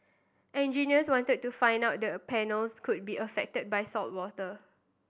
engineers wanted to find out the panels could be affected by saltwater